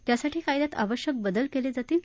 त्यासाठी कायद्यात आवश्यक बदल केले जातील